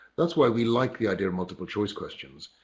that's why we like the idea of multiple choice questions.